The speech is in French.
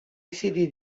essayé